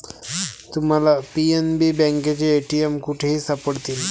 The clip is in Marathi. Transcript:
तुम्हाला पी.एन.बी बँकेचे ए.टी.एम कुठेही सापडतील